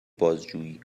بازجویی